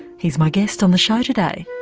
he's my guest on the show today.